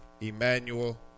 Emmanuel